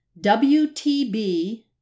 WTB